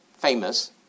famous